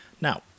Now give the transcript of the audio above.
Now